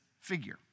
figure